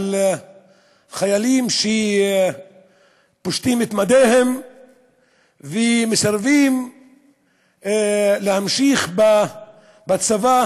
על חיילים שפושטים את מדיהם ומסרבים להמשיך בצבא